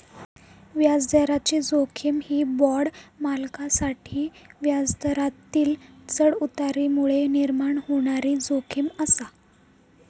व्याजदराची जोखीम ही बाँड मालकांसाठी व्याजदरातील चढउतारांमुळे निर्माण होणारी जोखीम आसा